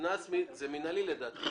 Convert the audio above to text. לדעתי זה מינהלי.